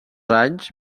anys